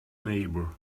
neighbour